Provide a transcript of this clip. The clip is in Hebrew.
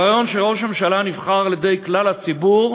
אבל הרעיון שראש ממשלה נבחר על-ידי כלל הציבור